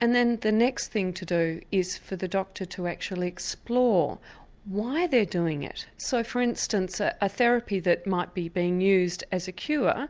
and then the next thing to do is for the doctor to actually explore why they're doing it. so for instance, ah a therapy that might be being used as a cure